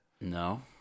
No